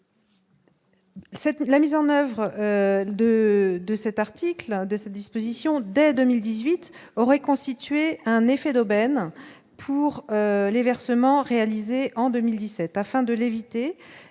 la mise en oeuvre de de cet article de cette disposition dès 2018 aurait constitué un effet d'aubaine pour les versements réalisés en 2017 afin de l'éviter,